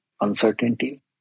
uncertainty